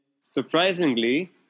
surprisingly